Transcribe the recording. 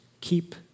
keep